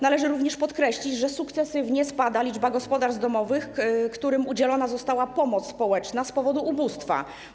Należy również podkreślić, że sukcesywnie spada liczba gospodarstw domowych, którym udzielona została pomoc społeczna z powodu ubóstwa.